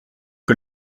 que